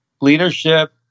leadership